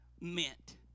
meant